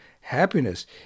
happiness